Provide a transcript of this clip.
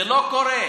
זה לא קורה.